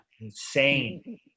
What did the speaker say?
Insane